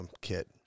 kit